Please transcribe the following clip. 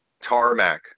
Tarmac